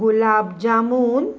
gulab jamun